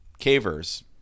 cavers